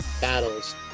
battles